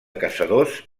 caçadors